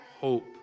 hope